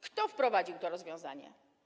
Kto wprowadził to rozwiązanie?